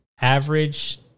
average